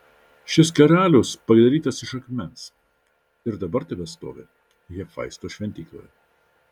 šis karalius padarytas iš akmens ir dabar tebestovi hefaisto šventykloje